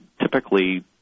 typically